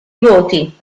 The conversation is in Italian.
voti